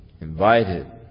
Invited